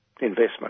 investment